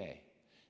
may